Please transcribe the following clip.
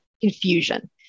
confusion